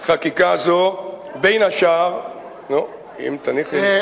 חקיקה זו, בין השאר, אנחנו